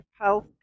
Health